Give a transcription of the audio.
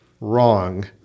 wrong